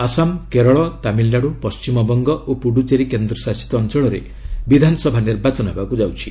ଆସାମ କେରଳ ତାମିଲନାଡୁ ପଶ୍ଚିମବଙ୍ଗ ଓ ପୁଡ଼ୁଚେରୀ କେନ୍ଦ୍ରଶାସିତ ଅଞ୍ଚଳରେ ବିଧାନସଭା ନିର୍ବାଚନ ହେବାକୁ ଯାଉଛି